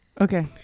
Okay